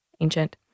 ancient